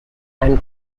and